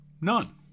None